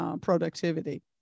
productivity